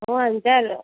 ఓహ్ అంతే వాళ్ళు